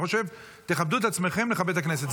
אני חושב שתכבדו את עצמכם לכבד את הכנסת.